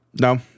No